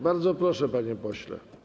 Bardzo proszę, panie pośle.